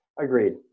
Agreed